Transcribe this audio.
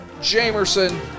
Jamerson